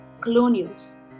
colonials